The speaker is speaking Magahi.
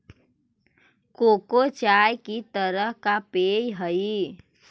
कोको चाय की तरह का पेय हई